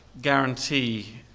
guarantee